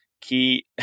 key